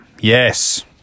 yes